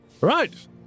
Right